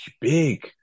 big